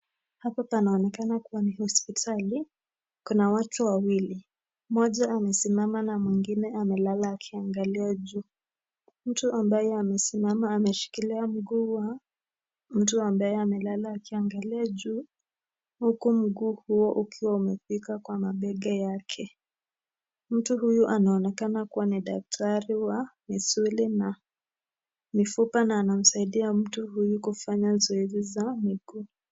Hapa panaonekana kuwa ni hospitali. Kuna watu wawili. Moja amesimama na mwingine amelala akiangalia juu. Mtu ambaye amesimama ameshikilia mguu wa mtu ambaye amelala akiangalia juu huku mguu huo ukiwa umefika kwa mabega yake. Mtu huyu anaonekana kuwa ni daktari wa misuli na mifupa na anamsaidia mtu huyu kufanya zoezi za mguu.